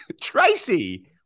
Tracy